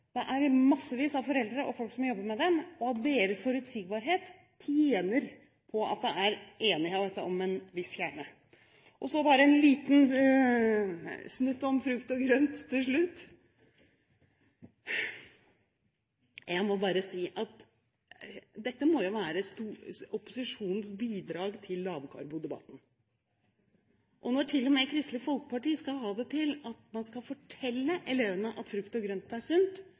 skole, det er massevis av foreldre og folk som jobber med dem, og forutsigbarheten for dem tjener på at det er enighet om en viss kjerne. Så bare en liten snutt om frukt og grønt til slutt. Jeg må bare si at dette må jo være opposisjonens bidrag til lavkarbodebatten. Når til og med Kristelig Folkeparti skal ha det til at man skal fortelle elevene at frukt og grønt er